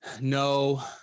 No